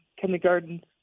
kindergarten